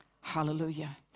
Hallelujah